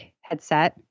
headset